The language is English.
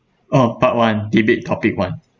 oh part one debate topic one